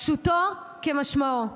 פשוטו כמשמעו.